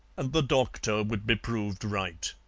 and the doctor would be proved right.